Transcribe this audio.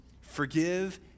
Forgive